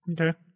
Okay